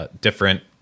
different